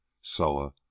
Soa